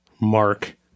Mark